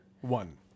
one